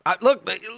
Look